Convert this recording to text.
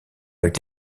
avec